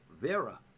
Vera